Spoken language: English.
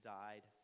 died